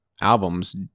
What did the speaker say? albums